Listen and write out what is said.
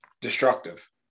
destructive